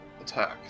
attack